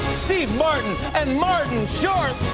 steve martin and martin short.